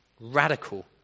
Radical